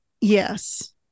Yes